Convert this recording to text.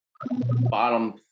bottom